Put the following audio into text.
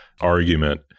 argument